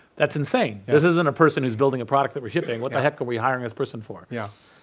that's insane, this isn't a person who's building a product that we're shipping, what the heck are we hiring this person for? it yeah